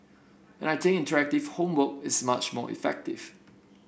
and I think interactive homework is much more effective